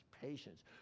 patience